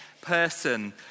person